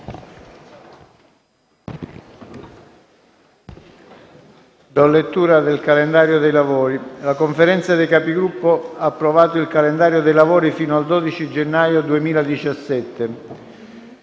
Presidente sul calendario dei lavori». La Conferenza dei Capigruppo ha approvato il calendario dei lavori fino al 12 gennaio 2017.